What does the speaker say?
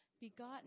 begotten